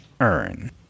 earn